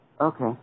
Okay